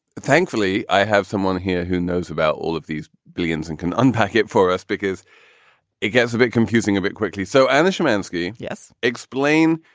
thankfully, i have someone here who knows about all of these billions and can unpack it for us because it gets a bit confusing a bit quickly. so, anish shymansky. yes. explain.